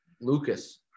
Lucas